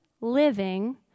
living